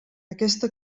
aquesta